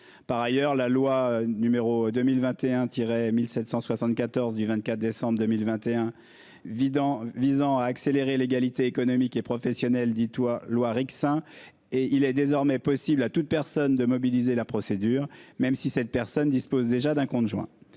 par ailleurs, la loi numéro 2020. Un tiret 1774 du 24 décembre 2021. Vidant visant à accélérer l'égalité économique et professionnelle. Dis toi loi Rixain et il est désormais possible à toute personne de mobiliser la procédure même si cette personne dispose déjà d'un compte joint.